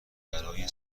برای